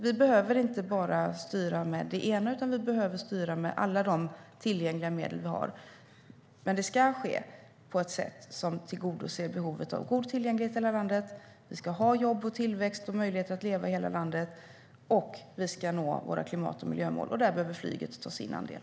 Vi behöver inte styra bara med det ena, utan vi behöver styra med alla tillgängliga medel vi har. Det ska ske på ett sätt som tillgodoser behovet av god tillgänglighet i hela landet. Vi ska ha såväl jobb och tillväxt som möjlighet att leva i hela landet. Vi ska också nå våra klimat och miljömål, och där behöver flyget ta sin andel.